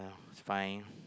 it's fine